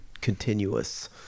continuous